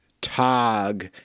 tog